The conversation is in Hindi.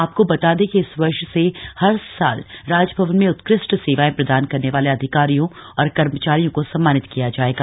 आपको बता दें कि इस वर्ष से हर साल राजभवन में उत्कृष्ट सेवाएं प्रदान करने वाले अधिकारियों और कर्मचारियों को सम्मानित किया जायेगा